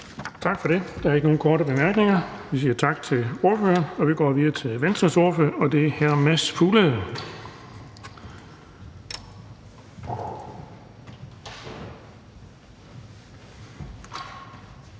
Tak for det. Der er ikke nogen korte bemærkninger. Vi siger tak til ordføreren, og vi kan gå videre til Radikale Venstres ordfører, og det er hr. Kristian